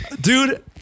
Dude